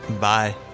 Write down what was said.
bye